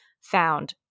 found